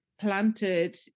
planted